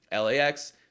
LAX